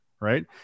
right